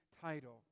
title